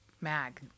Mag